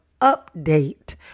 update